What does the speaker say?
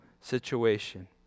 situation